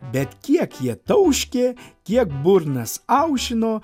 bet kiek jie tauškė kiek burnas aušino